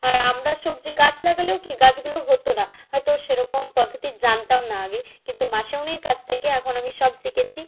আর আমরা সবজি গাছ লাগালেও কী গাছগুলো হতো না হয়তো সেরকম পদ্ধতি জানতাম না আগে কিন্তু মাসিমণির কাছ থেকে এখন আমি সব শিখেছি